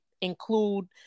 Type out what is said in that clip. include